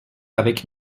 avec